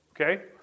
Okay